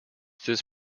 this